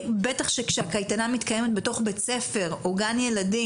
בטח כשהקייטנה מתקיימת בתוך בית ספר או גן ילדים,